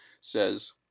says